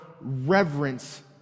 reverence